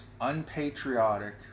unpatriotic